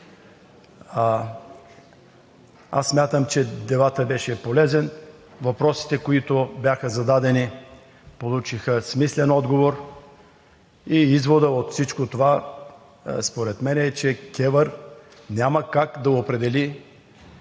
Смятам, че дебатът беше полезен, въпросите, които бяха зададени, получиха смислен отговор. Изводът от всичко това според мен е, че КЕВР няма как да определи